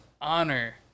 honor